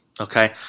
okay